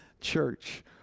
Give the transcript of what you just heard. church